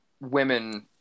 women